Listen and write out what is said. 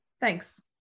thanks